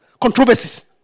controversies